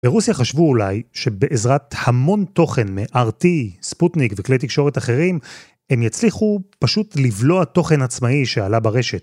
ברוסיה חשבו אולי שבעזרת המון תוכן מ-RT, ספוטניק וכלי תקשורת אחרים, הם יצליחו פשוט לבלוע תוכן עצמאי שעלה ברשת.